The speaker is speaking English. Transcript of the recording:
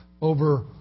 over